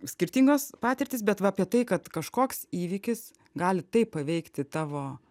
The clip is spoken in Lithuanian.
skirtingos patirtys bet va apie tai kad kažkoks įvykis gali taip paveikti tavo